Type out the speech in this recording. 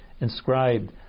inscribed